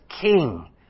King